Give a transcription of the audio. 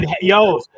yo